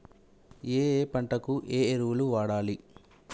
ఏయే పంటకు ఏ ఎరువులు వాడాలి?